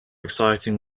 exciting